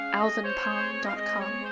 alvinpong.com